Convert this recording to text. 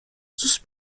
sus